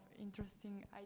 interesting